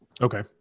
okay